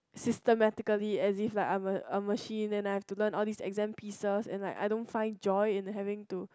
systemically as if like I'm a a machine and I have to learn all these exam pieces and like I don't find joy in having to